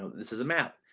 this is a map.